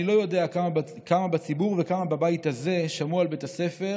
אני לא יודע כמה בציבור וכמה בבית הזה שמעו על בית הספר,